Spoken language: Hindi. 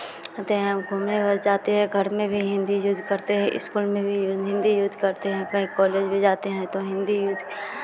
जाते हैं घूमने जाते हैं घर में भी हिन्दी यूज़ करते हैं इस्कूल में भी यूज़ हिन्दी यूज़ करते हैं कहीं कॉलेज में जाते हैं तो हिन्दी यूज़